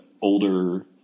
older